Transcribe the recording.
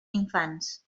infants